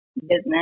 business